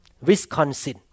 Wisconsin